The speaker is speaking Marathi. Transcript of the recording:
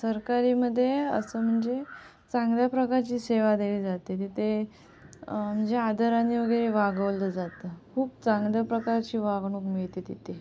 सरकारीमध्ये असं म्हणजे चांगल्या प्रकारची सेवा दिली जाते जिथे म्हणजे आदराने वगैरे वागवलं जातं खूप चांगल्या प्रकारची वागणूक मिळते तिथे